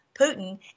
Putin